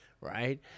right